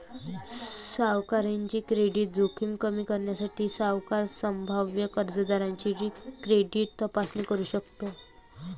सावकाराची क्रेडिट जोखीम कमी करण्यासाठी, सावकार संभाव्य कर्जदाराची क्रेडिट तपासणी करू शकतो